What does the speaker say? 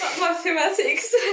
Mathematics